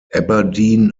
aberdeen